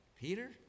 Peter